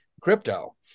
crypto